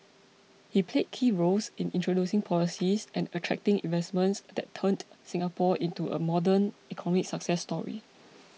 he played key roles in introducing policies and attracting investments that turned Singapore into a modern economic success story